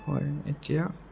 হয় এতিয়া